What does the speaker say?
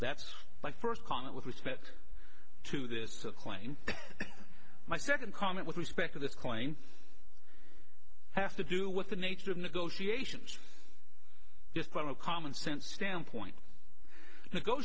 that's my first comment with respect to this that claim my second comment with respect to this claim have to do with the nature of negotiations just by a common sense standpoint